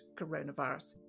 coronavirus